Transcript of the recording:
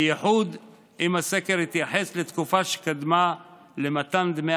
בייחוד אם הסקר התייחס לתקופה שקדמה למתן דמי